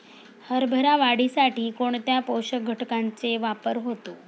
हरभरा वाढीसाठी कोणत्या पोषक घटकांचे वापर होतो?